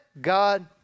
God